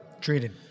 Treated